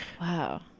wow